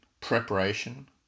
preparation